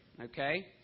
Okay